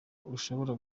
ushobora